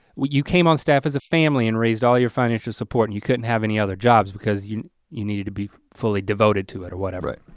you came on staff as a family and raised all your financial support, and you couldn't have any other jobs because you you needed to be fully devoted to it or whatever. right?